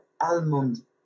almond